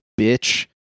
bitch